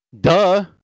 Duh